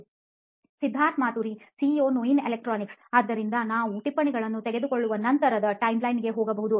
Siddharth Maturi CEO ನೋಯಿನ್ electronics ಆದ್ದರಿಂದ ನಾವು ಟಿಪ್ಪಣಿಗಳನ್ನು ತೆಗೆದುಕೊಳ್ಳುವ 'ನಂತರ'ದ ಟೈಮ್ಲೈನ್ ಗೆ ಹೋಗಬಹುದು